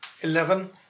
Eleven